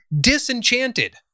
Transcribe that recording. disenchanted